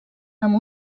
amb